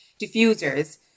diffusers